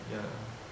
ya